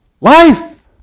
Life